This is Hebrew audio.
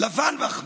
"לבן מחמד".